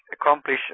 accomplish